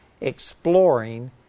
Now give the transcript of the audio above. exploring